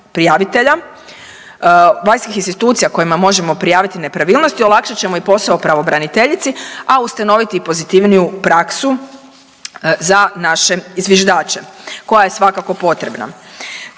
prijavitelja, vanjskih institucija kojima možemo prijaviti nepravilnosti olakšat ćemo i posao pravobraniteljici, a ustanoviti i pozitivniju praksu za naše zviždače koja je svakako potrebna.